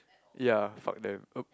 ya fuck them oh